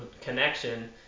connection